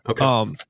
Okay